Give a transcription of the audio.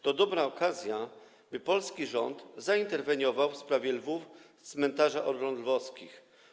To dobra okazja, by polski rząd zainterweniował w sprawie lwów z Cmentarza Orląt Lwowskich.